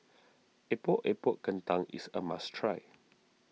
Epok Epok Kentang is a must try